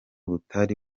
butari